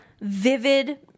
vivid